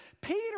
Peter